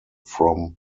from